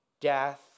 death